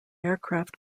aircraft